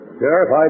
Sheriff